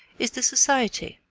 is the society.